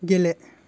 गेले